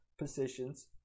positions